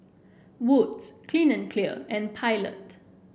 Wood's Clean and Clear and Pilot